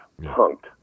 Punked